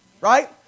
right